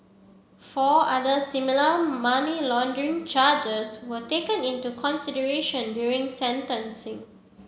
four other similar money laundering charges were taken into consideration during sentencing